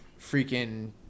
freaking